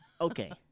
Okay